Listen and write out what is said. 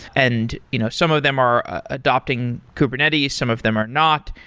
and you know some of them are adopting kubernetes, some of them are not,